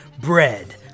bread